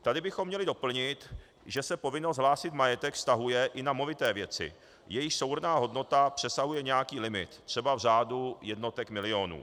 Tady bychom měli doplnit, že se povinnost hlásit majetek vztahuje i na movité věci, jejichž souhrnná hodnota přesahuje nějaký limit, třeba v řádu jednotek milionů.